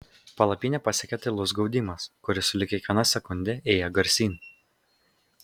palapinę pasiekė tylus gaudimas kuris sulig kiekviena sekunde ėjo garsyn